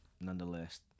Nonetheless